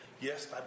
yes